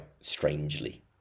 strangely